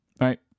right